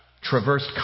traversed